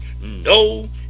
no